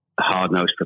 hard-nosed